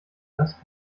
das